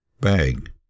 bag